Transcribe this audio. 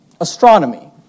astronomy